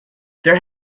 there